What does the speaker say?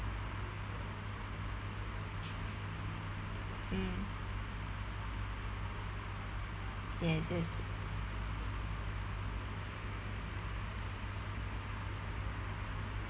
mm yes yes